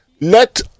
let